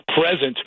present